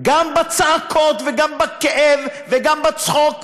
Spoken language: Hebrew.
גם בצעקות וגם בכאב וגם בצחוק,